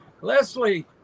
Leslie